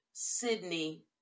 Sydney